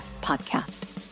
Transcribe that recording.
Podcast